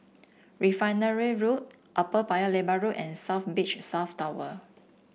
Refinery Road Upper Paya Lebar Road and South Beach South Tower